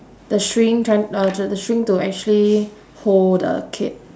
the string try~ uh the the string to actually hold the kid